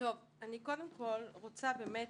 קודם כל, אני רוצה לומר